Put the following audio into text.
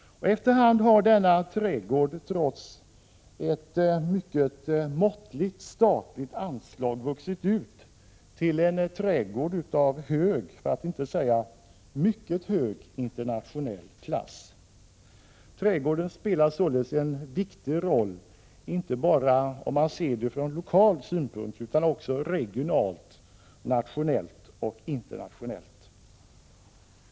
Efter hand har denna trädgård trots ett mycket måttligt statligt anslag vuxit ut till en trädgård av hög, för att inte säga mycket hög internationell klass. Trädgården spelar således en viktig roll inte bara från lokal synpunkt utan även från regional, nationell och internationell synpunkt.